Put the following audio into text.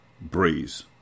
Breeze